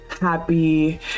happy